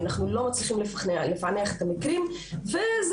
אנחנו לא מצליחים לפענח את המקרים וזה